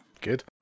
good